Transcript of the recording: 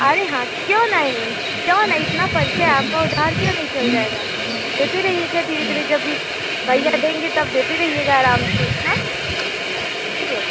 अरे हाँ क्यों नहीं क्यों नहीं इतना परिचय आपका उधार क्यों नहीं चल जाएगा देते रहिएगा धीरे धीरे जभी भईया देंगे तब देते रहिएगा आराम से हाँ ठीक है